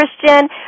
Christian